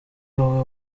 wowe